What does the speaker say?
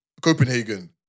Copenhagen